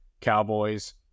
cowboys